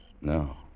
No